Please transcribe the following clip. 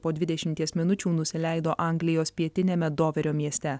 po dvidešimties minučių nusileido anglijos pietiniame doverio mieste